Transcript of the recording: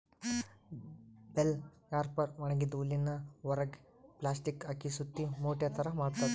bell wrapper ಒಣಗಿದ್ದ್ ಹುಲ್ಲಿನ್ ಹೊರೆಗ್ ಪ್ಲಾಸ್ಟಿಕ್ ಹಾಕಿ ಸುತ್ತಿ ಮೂಟೆ ಥರಾ ಮಾಡ್ತದ್